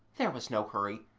there was no hurry,